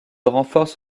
renforce